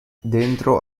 dentro